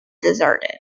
deserted